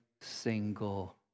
single